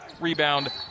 Rebound